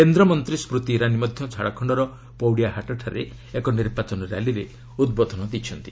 କେନ୍ଦ୍ରମନ୍ତ୍ରୀ ସ୍ବତି ଇରାନୀ ମଧ୍ୟ ଝାଡ଼ଖଣ୍ଡର ପୌଡ଼ିଆ ହାଟଠାରେ ଏକ ନିର୍ବାଚନ ର୍ୟାଲିରେ ଉଦ୍ବୋଧନ ଦେଇଛନ୍ତି